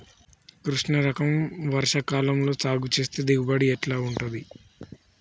కృష్ణ రకం వర్ష కాలం లో సాగు చేస్తే దిగుబడి ఎట్లా ఉంటది?